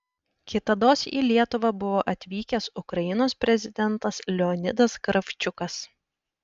kitados į lietuvą buvo atvykęs ukrainos prezidentas leonidas kravčiukas